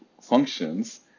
functions